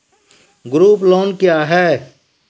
Group loan क्या है?